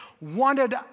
wanted